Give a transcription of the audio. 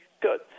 Good